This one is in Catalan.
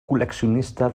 col·leccionista